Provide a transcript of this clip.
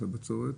מס הבצורת,